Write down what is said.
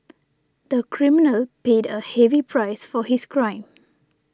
the criminal paid a heavy price for his crime